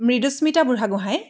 Mridusmita Burhagohain